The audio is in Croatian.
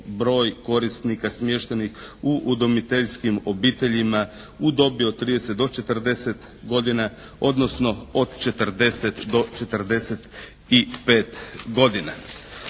broj korisnika smještenih u udomiteljskim obiteljima u dobi od 30 do 40 godina, odnosno od 40 do 45 godina.